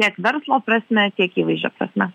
tiek verslo prasme tiek įvaizdžio prasme